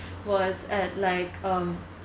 was at like um